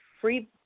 free